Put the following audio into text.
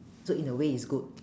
so in a way is good